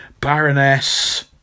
Baroness